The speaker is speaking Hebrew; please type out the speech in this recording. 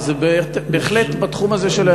אבל זה בהחלט בתחום הזה של האנרגיות.